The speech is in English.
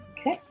Okay